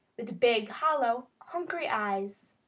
with big, hollow, hungry eyes.